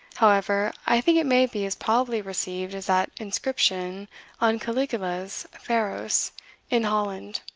however, i think it may be as probably received as that inscription on caligula's pharos in holland,